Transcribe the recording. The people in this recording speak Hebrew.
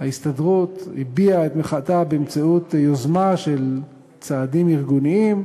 וההסתדרות אף הביעה את מחאתה באמצעות יוזמה של צעדים ארגוניים,